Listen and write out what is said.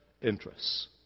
interests